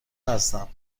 هستم